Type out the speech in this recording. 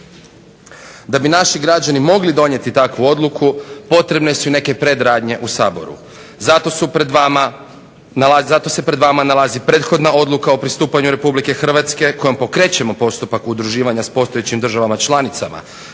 Da bi naši građani mogli donijeti takvu odluku potrebne su i neke predradnje u Saboru. Zato se pred vama nalazi Prethodna odluka o pristupanju Republike Hrvatske kojom pokrećemo postupak udruživanja s postojećim državama članicama